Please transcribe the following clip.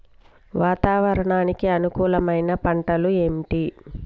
వాతావరణానికి అనుకూలమైన పంటలు ఏంటి?